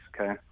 okay